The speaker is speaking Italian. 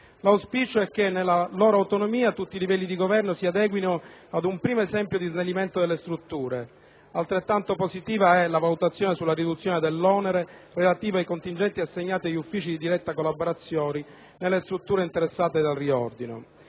L'auspicio è che, nella loro autonomia, tutti i livelli di Governo si adeguino ad un primo esempio di snellimento delle strutture. Altrettanto positiva è la valutazione sulla riduzione dell'onere relativo ai contingenti assegnati agli uffici di diretta collaborazione nelle strutture interessate dal riordino.